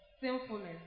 sinfulness